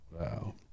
wow